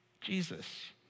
Jesus